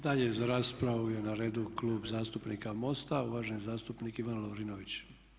Dalje za raspravu je na redu Klub zastupnika MOST-a i uvaženi zastupnik Ivan Lovrinović.